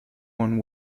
one